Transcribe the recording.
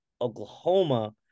Oklahoma